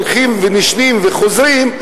נשנים וחוזרים,